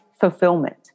fulfillment